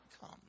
come